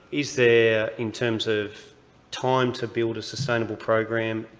is there, in terms of time to build a sustainable program,